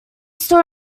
still